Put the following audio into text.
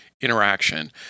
interaction